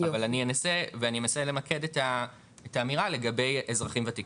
אבל אני אנסה ואני מנסה למקד את האמירה לגבי אזרחים וותיקים.